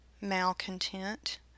malcontent